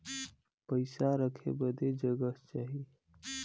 पइसा रखे बदे जगह चाही